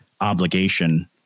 obligation